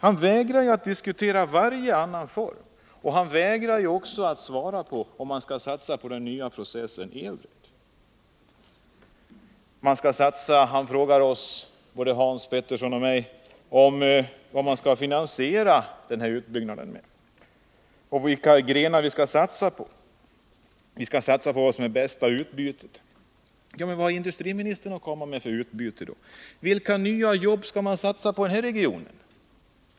Han vägrar att diskutera varje annan form, och han vägrar också att svara på frågan om vi skall satsa på den nya processen elred. Industriministern frågar i stället både Hans Petersson och mig hur vi skall finansiera denna utbyggnad och vilka grenar vi skall satsa på. Vi skall satsa på det som ger det bästa utbytet. Men vad har industriministern för utbyte att komma med? Vilka nya jobb skall vi satsa på i denna region?